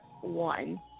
one